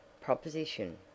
proposition